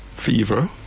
fever